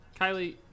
Kylie